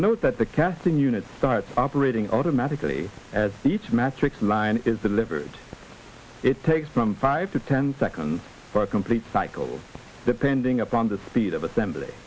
note that the casting units start operating automatically as each magic's line is delivered it takes from five to ten seconds for a complete cycle depending upon the speed of assembly